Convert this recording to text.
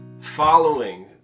Following